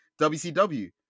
WCW